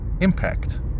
impact